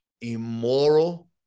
immoral